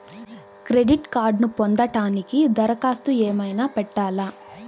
Credit కార్డ్ను పొందటానికి దరఖాస్తు ఏమయినా పెట్టాలా?